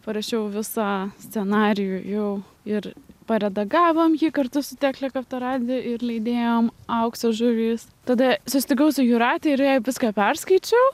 parašiau visą scenarijų jau ir paredagavom jį kartu su tekle kartą radijo ir leidėjom aukso žuvys tada susitikau su jūratė ir jai viską perskaičiau